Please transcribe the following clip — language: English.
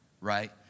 right